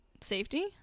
safety